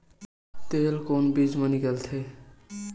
तेल कोन बीज मा निकलथे?